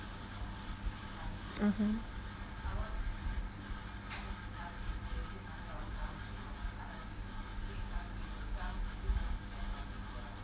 mmhmm